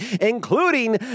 including